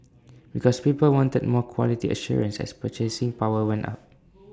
because people wanted more quality assurance as purchasing power went up